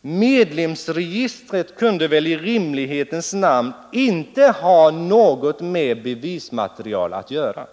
Medlemsregistret kunde väl i rimlighetens namn inte ha något med bevismaterial att göra.